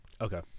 Okay